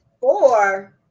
Four